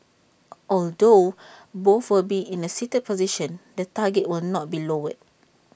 although both will be in A seated position the target will not be lowered